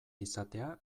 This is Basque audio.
izatea